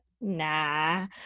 nah